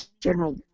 general